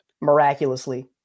Miraculously